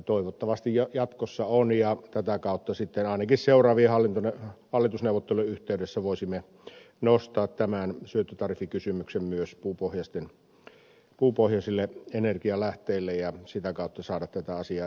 toivottavasti jatkossa on ja tätä kautta ainakin seuraavien hallitusneuvottelujen yhteydessä voisimme nostaa esiin syöttötariffikysymyksen myös puupohjaisille energialähteille ja sitä kautta saada tätä asiaa eteenpäin